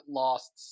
lost